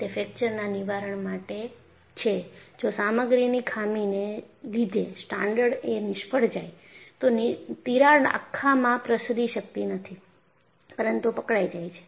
તે ફ્રેકચરના નિવારણ માટે છે જો સામગ્રીની ખામીને લીધે એક સ્ટ્રાન્ડ એ નિષ્ફળ જાય તો તિરાડ આખામાં પ્રસરી શકતી નથી પરંતુ પકડાઈ જાય છે